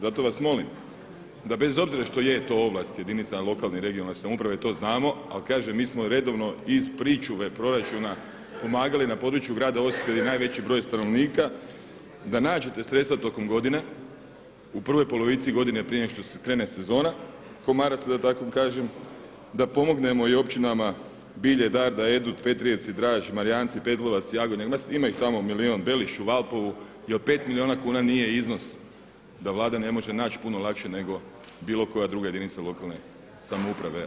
Zato vas molim da bez obzira što je to ovlast jedinica lokalne i regionalne samouprave to znamo, ali kažem mi smo redovno iz pričuve proračuna pomagali na području grada Osijeka gdje je najveći broj stanovnika da nađete sredstva tokom godine, u prvoj polovici godine prije nego što krene sezona komaraca da tako kažem, da pomognemo i općinama Bilje, Darda, Erdut, Petrijevci, Draž, Marijanci, Petlovac, Jagodnje, ma ima ih tamo milijun Belišću, Valpovu jer 5 milijuna kuna nije iznos da Vlada ne može naći puno lakše nego bilo koja druga jedinica lokalne samouprave.